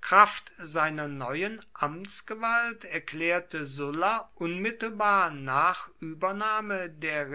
kraft seiner neuen amtsgewalt erklärte sulla unmittelbar nach übernahme der